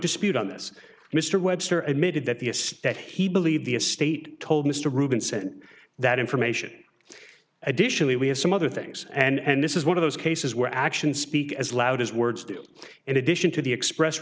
dispute on this mr webster admitted that the a stat he believed the a state told mr robinson that information additionally we have some other things and this is one of those cases where actions speak as loud as words do in addition to the express